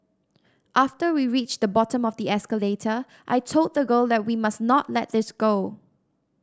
after we reached the bottom of the escalator I told the girl that we must not let this go